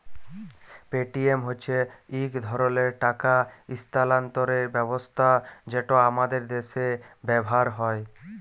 Paytm হছে ইক ধরলের টাকা ইস্থালাল্তরের ব্যবস্থা যেট আমাদের দ্যাশে ব্যাভার হ্যয়